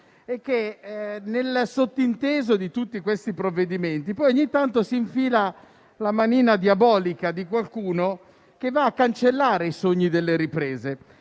è che, nel sottinteso di tutti questi provvedimenti, ogni tanto si infila la manina diabolica di qualcuno, che va a cancellare i sogni delle riprese.